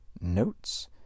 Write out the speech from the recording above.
notes